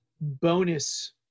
bonus